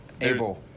able